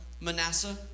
Manasseh